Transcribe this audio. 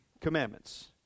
commandments